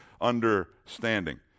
understanding